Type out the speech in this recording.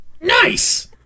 Nice